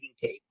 tape